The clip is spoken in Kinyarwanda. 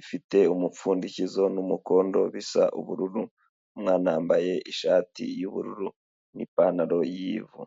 ifite umupfundikizo n'umukondo bisa ubururu, umwana wambaye ishati y'ubururu, n'ipantaro y'ivu.